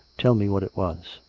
tell me what it was.